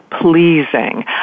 pleasing